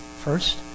first